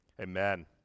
amen